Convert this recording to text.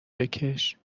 بکش